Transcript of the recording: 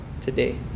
today